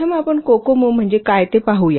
प्रथम आपण कोकोमो म्हणजे काय ते पाहूया